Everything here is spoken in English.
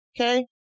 okay